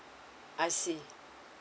I see